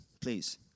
Please